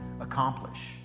accomplish